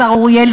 השר אריאל,